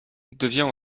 devient